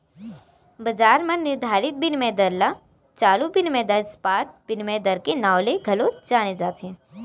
बजार म निरधारित बिनिमय दर ल चालू बिनिमय दर, स्पॉट बिनिमय दर के नांव ले घलो जाने जाथे